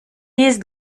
jest